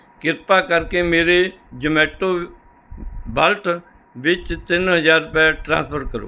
ਕਿਰਪਾ ਕਰਕੇ ਮੇਰੇ ਜ਼ੋਮੈਟੋ ਵਾਲਟ ਵਿੱਚ ਤਿੰਨ ਹਜ਼ਾਰ ਰੁਪਏ ਟ੍ਰਾਂਸਫਰ ਕਰੋ